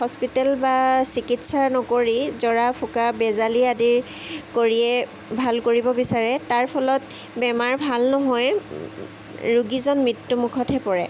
hospital বা চিকিৎসা নকৰি জৰা ফুকা বেজালী আদি কৰিয়ে ভাল কৰিব বিচাৰে তাৰ ফলত বেমাৰ ভাল নহয় ৰোগীজন মৃত্যুমুখতহে পৰে